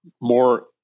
more